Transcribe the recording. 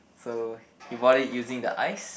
so he bought it using the ice